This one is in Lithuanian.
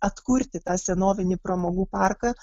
atkurti tą senovinį pramogų parką